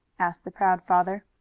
asked the proud father.